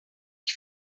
que